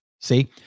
See